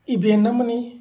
ꯏꯕꯦꯟ ꯑꯃꯅꯤ